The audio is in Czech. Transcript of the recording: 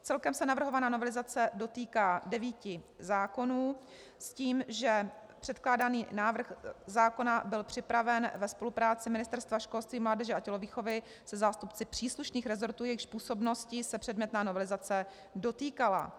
Celkem se navrhovaná novelizace dotýká devíti zákonů s tím, že předkládaný návrh zákona byl připraven ve spolupráci Ministerstva školství, mládeže a tělovýchovy se zástupci příslušných resortů, jejichž působností se předmětná novelizace dotýkala.